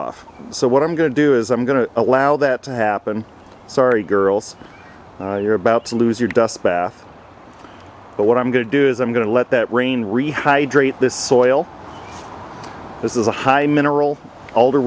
off so what i'm going to do is i'm going to allow that to happen sorry girls you're about to lose your dust bath but what i'm going to do is i'm going to let that rain rehydrate this soil this is a highly mineral alder